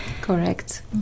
correct